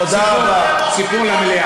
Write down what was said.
אין מושג